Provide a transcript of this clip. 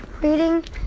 reading